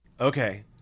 Okay